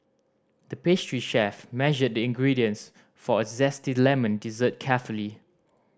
the pastry chef measured the ingredients for a zesty lemon dessert carefully